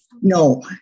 No